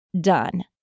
done